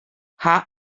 ha